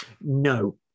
No